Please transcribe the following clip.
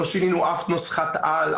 לא שינינו אף נוסחת על,